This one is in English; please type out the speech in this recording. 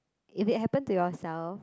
if it happen to yourself